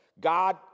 God